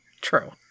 True